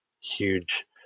huge